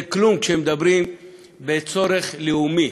זה כלום, כשמדברים בצורך לאומי.